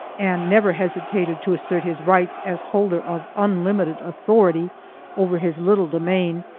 and never hesitated to assert his rights as holder of unlimited authority over his little domain,